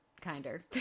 kinder